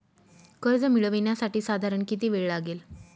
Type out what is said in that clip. कर्ज मिळविण्यासाठी साधारण किती वेळ लागेल?